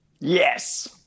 Yes